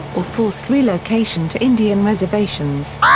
or forced relocation to indian reservations.